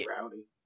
Rowdy